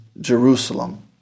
Jerusalem